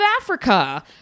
Africa